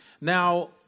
Now